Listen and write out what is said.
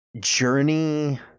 journey